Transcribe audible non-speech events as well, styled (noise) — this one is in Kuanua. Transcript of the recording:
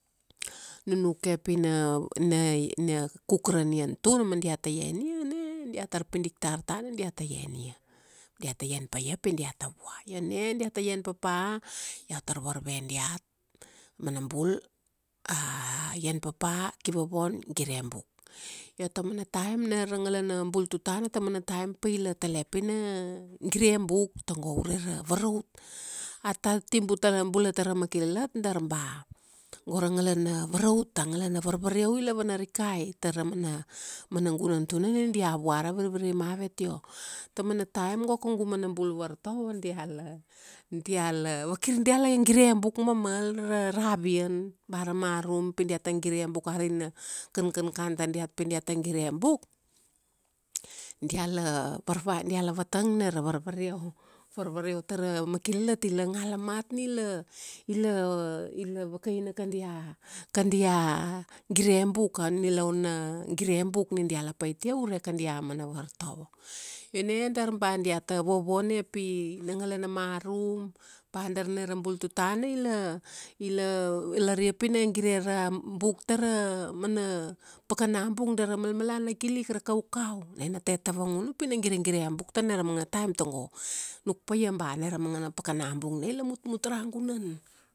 nunuk ke pina, ina, ina, ina kuk ra nian tuna ma diata ian ia, na diatar pidik tar tana, diata ian ia. Diata ian pa ia pi diata vua. Io na, diata ian papa, iau tar varve diat, aman bul, (hesitation) ian papa, kivovon, gire book. Io tamana taim na ra ngalana bul tutana tamana taim paila tele pina, gire book, tago ure ra varaut. Ata ti bula tara makilalat dar ba, go ra ngalana varaut, a ngalana varvareu ila vanarikai tara mana, amana gunan tuna ni dia vua ra virviri mavet. Io, taumana taim, go kaugu mana bul vartovo, diala, diala vakir diala gire buk mamal ra ravian. Ba ra marum. Pi diata gire buk ari na, kankankan tadiat pi diata gire buk, diala varvai, diala vatang na ra varvareu. Varvareu tara makilalat ila ngala mat ni la, ila, ila vakaina kadia kadia gire buk. A nilaun na gire buk ni diala pait ia ure kadia mana vartovo. Io na dar ba diata vovone pi na ngalana marum ba darna ra bul tutana ila, ila valaria pina gire ra buk tara mana pakana bung dara malmalana ikilik ra kaukau. Na nate tavangun pi nate gire gire buk tana ra mangana taim tago, nuk paia ba, na ra mangana pakana bung na ila mutmut ra gunan.